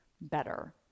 better